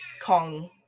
Kong